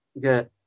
good